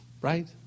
right